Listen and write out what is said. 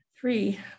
three